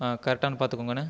கரட்டான்னு பார்த்துகோங்கண்ணே